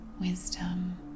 wisdom